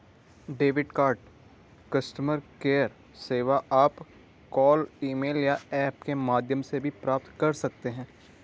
debit card customer care सेवा आप call email या ऐप के माध्यम से भी प्राप्त कर सकते हैं